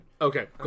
Okay